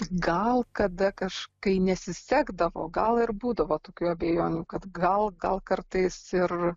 gal kada kaž kai nesisekdavo gal ir būdavo tokių abejonių kad gal gal kartais ir